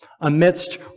amidst